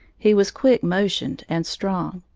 he was quick motioned and strong.